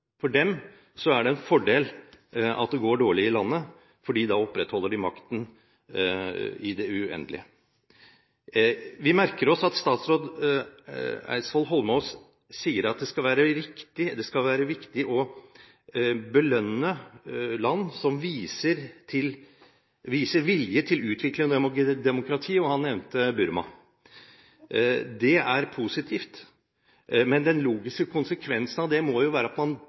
For dem er det en fordel av det går dårlig i landet, for da opprettholder de makten i det uendelige. Vi merker oss at statsråd Eidsvoll Holmås sier at det skal være riktig og viktig å belønne land som viser vilje til utvikling av demokrati, og han nevnte Myanmar. Det er positivt, men den logiske konsekvensen av det må være at man